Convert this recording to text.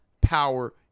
power